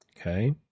Okay